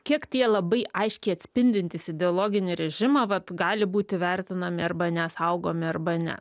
kiek tie labai aiškiai atspindintys ideologinį režimą vat gali būti vertinami arba nesaugomi arba ne